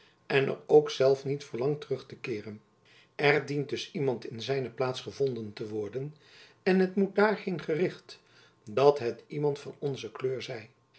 en er ook zelf niet verlangt terug te keeren er dient dus iemand in zijne plaats gevonden te worden en het moet daarheen gericht dat het iemand van onze kleur zij